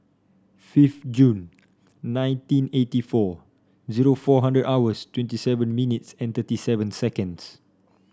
fifth June nineteen eighty four zero four hundred hours twenty seven minutes and thirty seven seconds